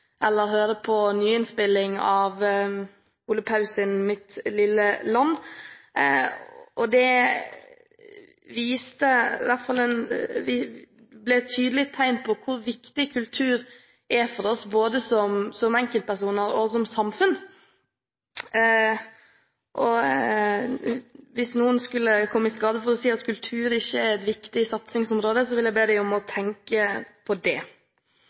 eller høre på nyinnspillingen av Ole Paus’ «Mitt lille land». Det viste tydelig hvor viktig kultur er for oss, både som enkeltpersoner og som samfunn. Hvis noen skulle komme i skade for å si at kultur ikke er et viktig satsingsområde, vil jeg be dem om å tenke på det.